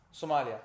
Somalia